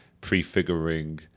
prefiguring